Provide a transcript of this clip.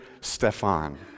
Stefan